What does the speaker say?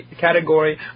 category